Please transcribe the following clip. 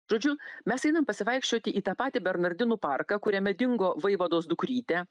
žodžiu mes einam pasivaikščioti į tą patį bernardinų parką kuriame dingo vaivados dukrytė